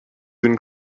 been